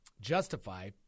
justify